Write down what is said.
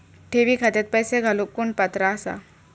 ठेवी खात्यात पैसे घालूक कोण पात्र आसा?